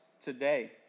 today